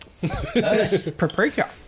Paprika